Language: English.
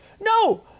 No